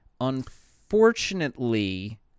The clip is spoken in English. unfortunately